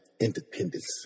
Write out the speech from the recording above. independence